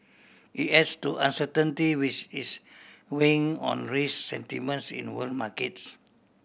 it adds to uncertainty which is weighing on risk sentiments in world markets